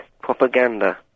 propaganda